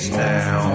now